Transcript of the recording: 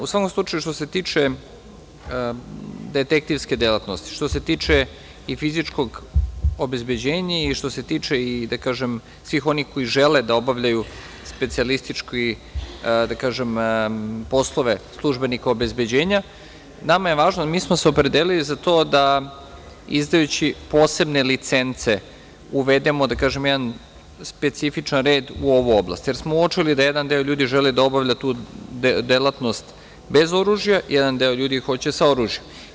U svakom slučaju, što se tiče detektivske delatnosti, što se tiče i fizičkog obezbeđenja i što se tiče svih onih koji žele da obavljaju specijalističke poslove službenika obezbeđenja, nama je važno, mi smo se opredelili za to da izdajući posebne licence uvedemo jedan specifičan red u ovu oblast, jer smo uočili da jedan deo ljudi želi da obavlja tu delatnost, bez oružja, a jedan deo hoće sa oružjem.